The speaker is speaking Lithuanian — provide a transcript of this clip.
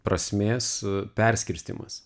prasmės perskirstymas